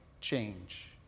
change